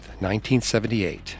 1978